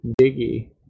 diggy